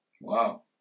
Wow